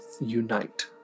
Unite